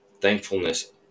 Thankfulness